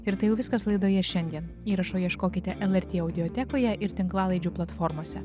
ir tai jau viskas laidoje šiandien įrašo ieškokite lrt audiotekoje ir tinklalaidžių platformose